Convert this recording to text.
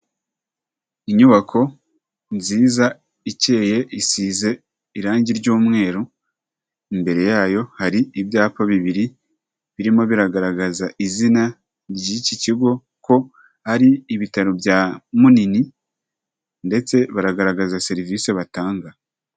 Inyubako nziza ikeye isize irange ry'umweru, imbere yayo hari ibyapa bibiri, birimo biragaragaza izina ry'iki kigo ko ari ibitaro bya Munini ndetse baragaragaza serivise batanga.